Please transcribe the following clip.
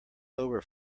over